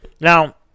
Now